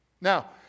Now